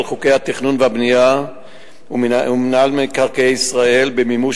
חוקי התכנון והבנייה ומינהל מקרקעי ישראל במימוש